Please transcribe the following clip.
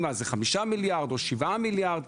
זה 5 מיליארד ₪ או 7 מיליארד ₪?